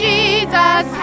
Jesus